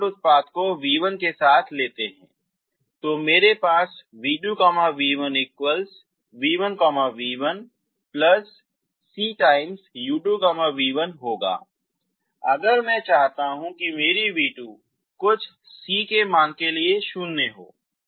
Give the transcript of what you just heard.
आप डॉट उत्पाद को v1 के साथ लेते हैं तो मेरे पासv2v1 v1v1cu2v1 होगा मैं चाहता हूं कि मेरी v2 कुछ c के मान के लिए शून्य हो